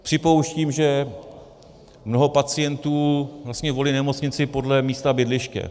Připouštím, že mnoho pacientů vlastně volí nemocnici podle místa bydliště.